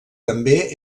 també